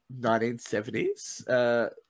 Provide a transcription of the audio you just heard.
1970s